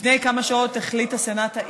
לפני כמה שעות החליט הסנאט האירי,